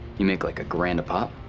you make, like, a grand a pop.